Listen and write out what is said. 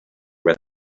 read